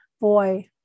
boy